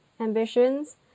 ambitions